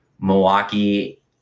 Milwaukee